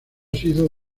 sido